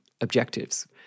objectives